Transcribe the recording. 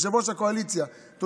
יושב-ראש הקואליציה, שהוביל את זה.